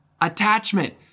Attachment